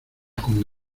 con